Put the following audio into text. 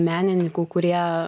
menininkų kurie